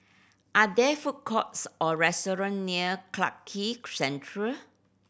are there food courts or restaurant near Clarke Quay Central